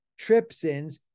trypsins